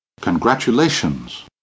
Congratulations